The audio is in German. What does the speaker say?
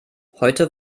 heute